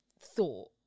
thought